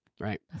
Right